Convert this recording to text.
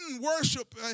worship